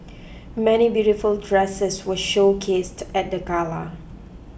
many beautiful dresses were showcased at the gala